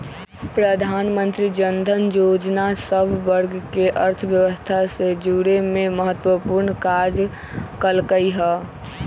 प्रधानमंत्री जनधन जोजना सभ वर्गके अर्थव्यवस्था से जुरेमें महत्वपूर्ण काज कल्कइ ह